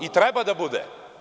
I treba da bude.